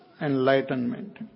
enlightenment